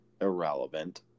irrelevant